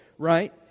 Right